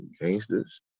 gangsters